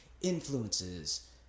influences